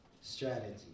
strategy